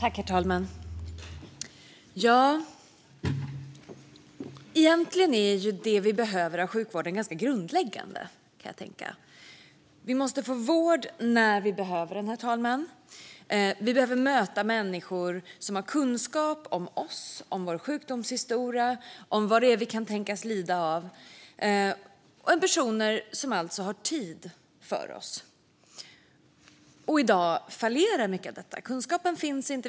Herr talman! Egentligen är det vi behöver av sjukvården ganska grundläggande. Vi måste få vård när vi behöver den. Vi behöver möta människor som har kunskap om oss, om vår sjukdomshistoria och om vad det är vi kan tänkas lida av. Det handlar alltså om personer som har tid för oss. I dag fallerar mycket av detta. Kunskapen finns inte.